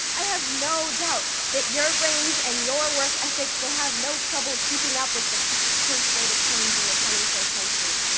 i have no doubt that your brains and your work ethics will have no trouble keeping up with the fast pace rate of change in the twenty first century.